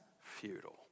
futile